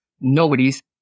Nobody's